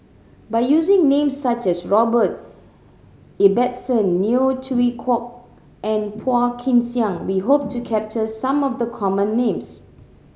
by using names such as Robert Ibbetson Neo Chwee Kok and Phua Kin Siang we hope to capture some of the common names